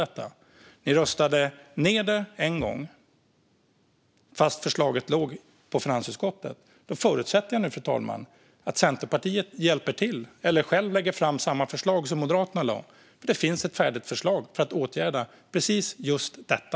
Centerpartiet röstade ned det en gång, fast förslaget låg framme i finansutskottet. Nu förutsätter jag, fru talman, att Centerpartiet hjälper till eller lägger fram samma förslag som Moderaterna lade fram. Det finns ett färdigt förslag för att åtgärda precis detta.